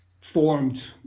formed